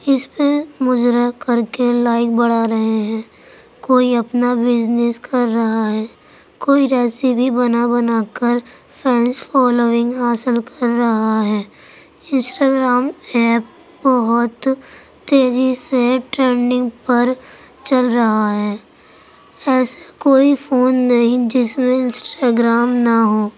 اس پہ مجرا کر کے لائک بڑھا رہے ہیں کوئی اپنا بزنس کر رہا ہے کوئی ریسیپی بنا بنا کر فینس فالوئنگ حاصل کر رہا ہے انسٹاگرام ایپ بہت تیزی سے ٹرننگ پر چل رہا ہے ایسا کوئی فون نہیں جس میں انسٹاگرام نہ ہو